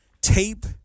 tape